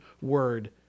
word